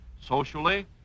socially